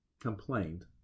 complained